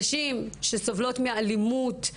נשים שסובלות מאלימות,